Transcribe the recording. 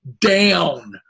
down